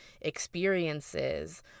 experiences